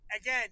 again